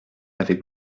avec